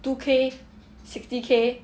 two K sixty K